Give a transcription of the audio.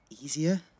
easier